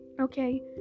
okay